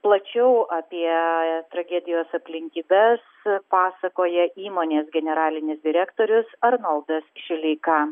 plačiau apie tragedijos aplinkybes pasakoja įmonės generalinis direktorius arnoldas šileika